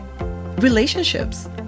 relationships